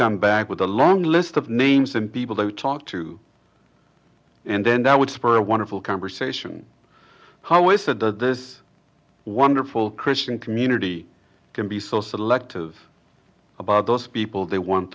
come back with a long list of names and people they would talk to and then that would spur a wonderful conversation how is it that this wonderful christian community can be so selective about those people they want